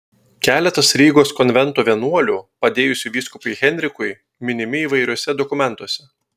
keletas rygos konvento vienuolių padėjusių vyskupui henrikui minimi įvairiuose dokumentuose